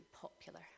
popular